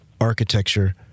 architecture